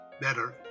better